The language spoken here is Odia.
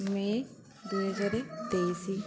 ମେ ଦୁଇହଜାର ତେଇଶି